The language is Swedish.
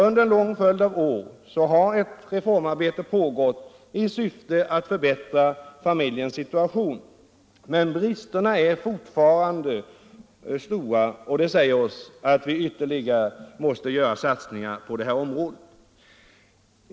Under en lång följd av år har ett reformarbete pågått i syfte att förbättra familjernas situation, men bristerna är fortfarande stora, och det säger oss att vi måste göra ytterligare satsningar på detta område.